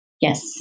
Yes